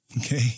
okay